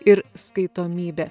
ir skaitomybė